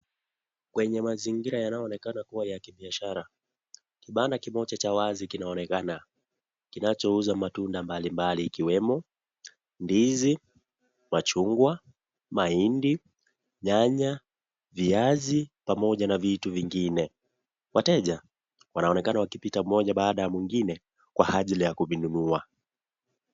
Kwenye mazingira yanayoonekana kuwa ya kibiashara, kibanda kimoja cha wazi kinaonekana, kinacho uza matunda mbali-mbali ikiwemo, ndizi, machungwa, mahindi, nyanya, viazi, pamoja na vitu vingine. Wateja, wanaonekana wakipita mmoja baada ya mwingine kwa ajili ya kuvinunua.